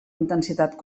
intensitat